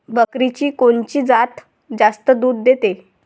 बकरीची कोनची जात जास्त दूध देते?